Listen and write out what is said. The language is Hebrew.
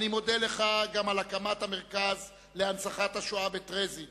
אני מודה לך גם על הקמת המרכז להנצחת השואה בטרזין